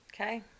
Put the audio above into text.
okay